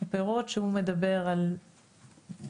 הפירות שהוא מדבר על לאן,